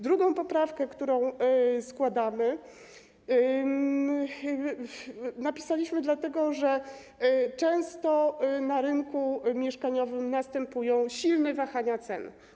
Drugą poprawkę, którą składamy, napisaliśmy dlatego, że często na rynku mieszkaniowym następują silne wahania cen.